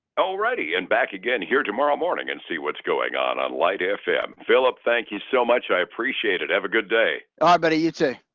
alrighty. and back again here tomorrow morning, and see what's going on on lite fm. philip, thank you so much. i appreciate it have a good day ah but you too.